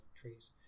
trees